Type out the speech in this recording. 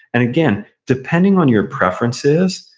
and again, depending on your preferences,